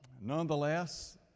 nonetheless